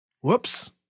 Whoops